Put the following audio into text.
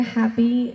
happy